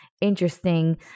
Interesting